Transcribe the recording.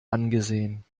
angesehen